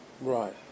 Right